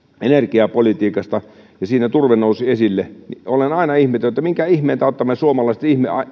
energiapolitiikasta ja siinä turve nousi esille olen aina ihmetellyt minkä ihmeen tautta me suomalaiset